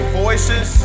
voices